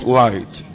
light